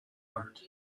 heart